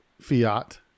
Fiat